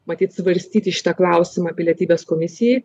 matyt svarstyti šitą klausimą pilietybės komisijai